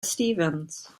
stevens